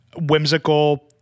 whimsical